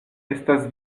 estas